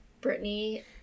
Britney